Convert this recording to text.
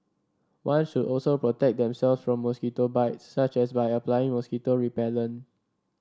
one should also protect themselves from mosquito bites such as by applying mosquito repellent